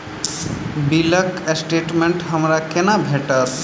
बिलक स्टेटमेंट हमरा केना भेटत?